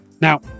Now